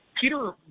Peter